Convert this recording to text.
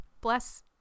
bless